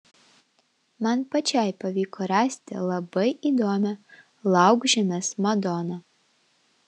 man pačiai pavyko rasti labai įdomią laukžemės madoną